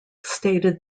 stated